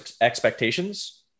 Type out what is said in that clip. expectations